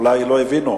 אולי לא הבינו,